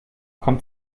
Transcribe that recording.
kommt